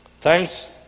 Thanks